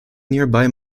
nearby